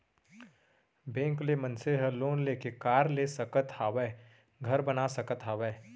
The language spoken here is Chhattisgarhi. बेंक ले मनसे ह लोन लेके कार ले सकत हावय, घर बना सकत हावय